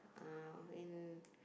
uh in